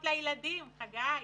חגי,